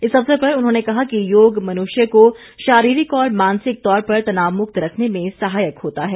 इस अवसर पर उन्होंने कहा कि योग मनुष्य को शारीरिक और मानसिक तौर पर तनावमुक्त रखने में सहायक होता है